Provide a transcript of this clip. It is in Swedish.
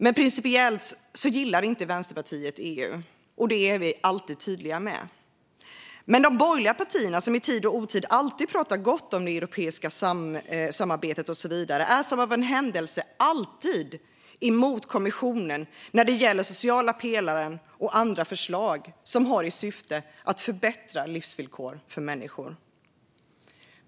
Men principiellt gillar inte Vänsterpartiet EU, och det är vi alltid tydliga med. Men de borgerliga partier som i tid och otid alltid pratar gott om det europeiska samarbetet och så vidare är som av en händelse alltid mot kommissionen när det gäller sociala pelaren och andra förslag som har till syfte att förbättra livsvillkor för människor.